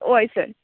होय सर